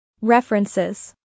References